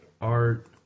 art